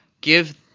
give